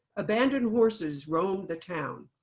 abandoned horses roamed the town.